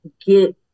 get